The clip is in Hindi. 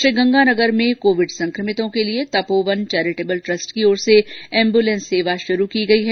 श्रीगंगानगर में कोविड संक्रमितों के लिए तपोवन चैरिटेबल ट्रस्ट की ओर से एम्ब्रेलेंस सेवा शुरू की गई है